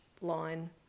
line